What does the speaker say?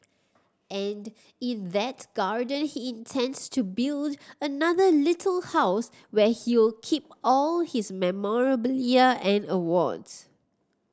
and in that garden he intends to build another little house where he'll keep all his memorabilia and awards